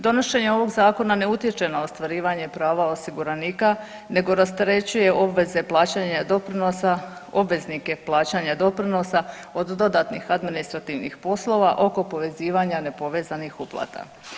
Donošenje ovog zakona ne utječe na ostvarivanje prava osiguranika nego rasterećuje obveze plaćanja doprinosa, obveznike plaćanja doprinosa od dodatnih administrativnih poslova oko povezivanja nepovezanih uplata.